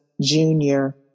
junior